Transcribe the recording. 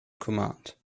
command